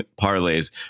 parlays